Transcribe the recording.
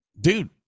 dude